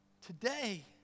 today